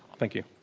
thank you.